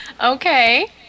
Okay